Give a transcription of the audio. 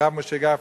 הרב משה גפני,